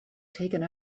taken